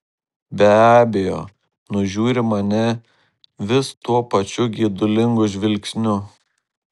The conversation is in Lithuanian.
be abejo nužiūri mane vis tuo pačiu geidulingu žvilgsniu